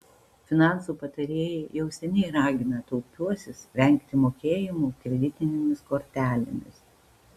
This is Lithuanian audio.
finansų patarėjai jau seniai ragina taupiuosius vengti mokėjimų kreditinėmis kortelėmis